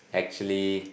actually